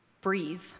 breathe